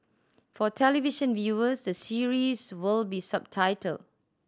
for television viewers the series will be subtitled